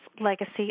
legacy